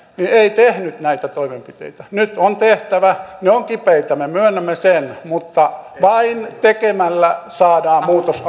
ei tehnyt näitä toimenpiteitä nyt on tehtävä ne ovat kipeitä me myönnämme sen mutta vain tekemällä saadaan muutos